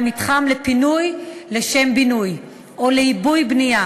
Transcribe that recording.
מתחם לפינוי לשם בינוי או לעיבוי בנייה.